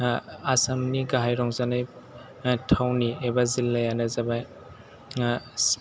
आसामनि गाहाय रंजानाय थावनि एबा जिल्लायानो जाबाय